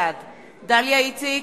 בעד דליה איציק,